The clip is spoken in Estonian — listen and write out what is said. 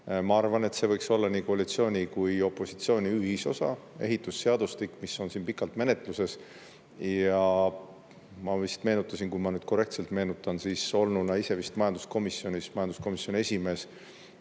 Ma arvan, et see võiks olla nii koalitsiooni kui opositsiooni ühisosa – ehitusseadustik, mis on siin pikalt menetluses. Ma meenutasin, kui ma nüüd korrektselt meenutan, siis olnuna ise vist majanduskomisjonis majanduskomisjoni esimees